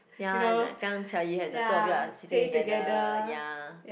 ya and like you had the two of you are sitting together ya